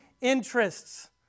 interests